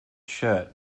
shirt